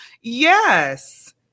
Yes